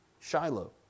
Shiloh